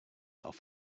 off